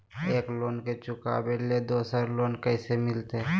एक लोन के चुकाबे ले दोसर लोन कैसे मिलते?